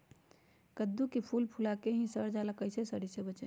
कददु के फूल फुला के ही सर जाला कइसे सरी से बचाई?